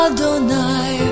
Adonai